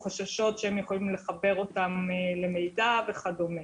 חששות שהם יכולים לחבר למידע וכדומה.